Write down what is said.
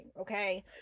okay